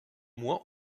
moins